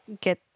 get